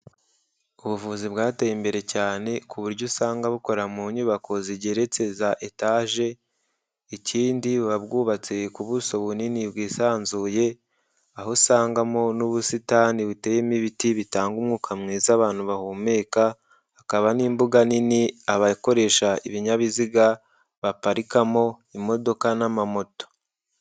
Ubuvuzi bwateye imbere cyane ku buryo usanga bukora mu nyubako zigeretse za etaje, ikindi buba bwubatse ku buso bunini bwisanzuye, aho usangamo n'ubusitani buteyemo ibiti bitanga umwuka mwiza abantu bahumeka, Hakaba n'imbuga nini abakoresha ibinyabiziga baparikamo imodoka n'amamoto.